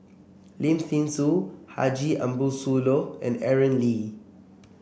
Lim Thean Soo Haji Ambo Sooloh and Aaron Lee